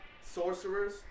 sorcerers